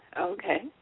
Okay